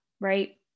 right